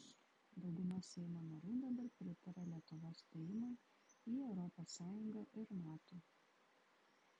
dauguma seimo narių dabar pritaria lietuvos stojimui į europos sąjungą ir nato